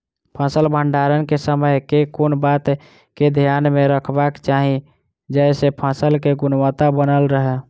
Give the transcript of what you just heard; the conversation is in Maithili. फसल भण्डारण केँ समय केँ कुन बात कऽ ध्यान मे रखबाक चाहि जयसँ फसल केँ गुणवता बनल रहै?